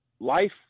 life